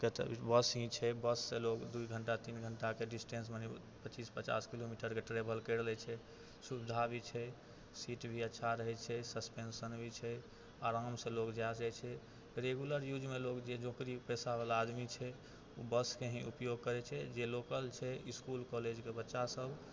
बस ही छै बससँ लोक दुइ घण्टा तीन घण्टाके डिस्टेन्स मने पच्चीस पचास किलोमीटरके ट्रैवेल करि लै छै सुविधा भी छै सीट भी अच्छा रहै छै सस्पेन्सन भी छै आरामसँ लोक जा सकै छै रेग्युलर यूजमे लोक जे नौकरीपेशावला आदमी छै ओ बसके ही उपयोग करै छै जे लोकल छै इसकुल कॉलेजके बच्चासब